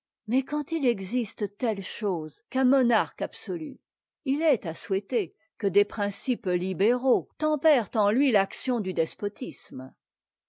mais quand il existe telle chose qu'un monarque absolu il est à souhaiter que des principes libéraux tempèrent en lui l'action du despotisme